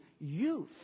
youth